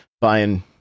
buying